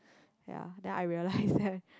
ya then I realized that